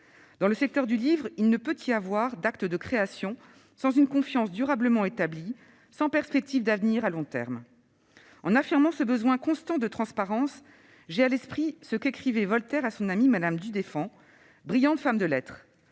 Dans le secteur du livre, il ne peut y avoir d'acte de création sans une confiance durablement établie, sans perspective d'avenir à long terme. En affirmant ce besoin constant de transparence, j'ai à l'esprit ce qu'écrivait Voltaire à son amie Madame du Deffand, brillante femme de lettres :